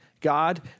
God